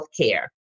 healthcare